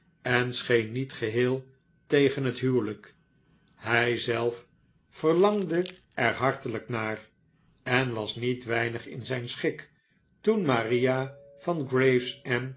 en scheen niet geheel tegen het huwelijk hij zelf verlangde er hartelijk naar en was niet weinig in zijn schik toen maria van